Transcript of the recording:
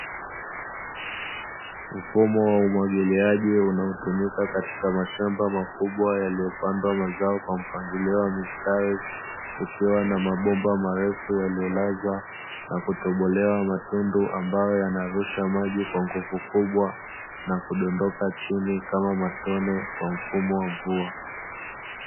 Mfumo wa umwagiliaji unaotumika katika mashamba makubwa yaliyopandwa mazao kwa mpangilio wa mistari kukiwa na mabomba marefu yaliyolazwa na kutobolewa matundu, ambayo yanarusha maji kwa nguvu kubwa na kudondoka chini kama matone kwa mfumo wa mvua.